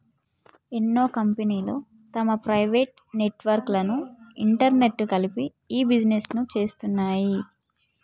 ఎన్నో కంపెనీలు తమ ప్రైవేట్ నెట్వర్క్ లను ఇంటర్నెట్కు కలిపి ఇ బిజినెస్ను చేస్తున్నాయి